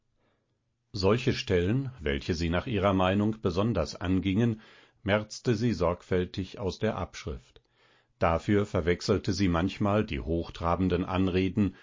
solche stellen welche sie nach ihrer meinung besonders angingen merzte sie sorgfältig aus in der abschrift dafür verwechselte sie manchmal die hochtrabenden anreden